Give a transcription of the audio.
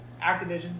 Activision